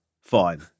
Fine